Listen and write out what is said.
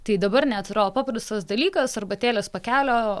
tai dabar net atrodo paprastas dalykas arbatėlės pakelio